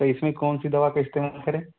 तो इसमें कौन सी दवा का इस्तेमाल करें